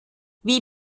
wie